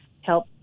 help